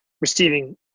receiving